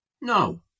No